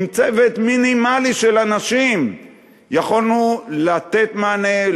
עם צוות מינימלי של אנשים יכולנו לתת מענה,